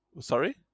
Sorry